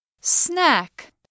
Snack